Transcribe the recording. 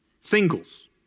singles